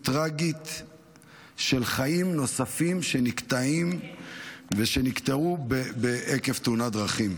טרגית של חיים נוספים שנקטעים ושנקטעו עקב תאונת דרכים.